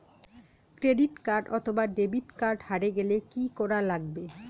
Credit card অথবা debit card হারে গেলে কি করা লাগবে?